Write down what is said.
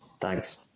Thanks